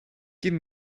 give